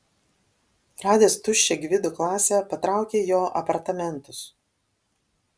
radęs tuščią gvido klasę patraukė į jo apartamentus